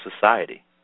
society